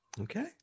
Okay